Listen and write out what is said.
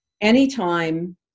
Anytime